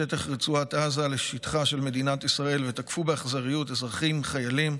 לשטחה של מדינת ישראל ותקפו באכזריות אזרחים וחיילים,